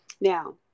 Now